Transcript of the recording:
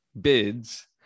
bids